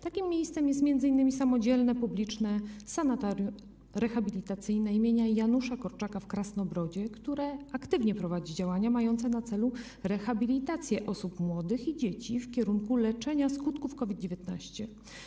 Takim miejscem jest m.in. Samodzielne Publiczne Sanatorium Rehabilitacyjne dla Dzieci im. Janusza Korczaka w Krasnobrodzie, które aktywnie prowadzi działania mające na celu rehabilitację osób młodych i dzieci w kierunku leczenia skutków COVID-19.